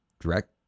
direct